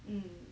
mm